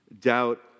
doubt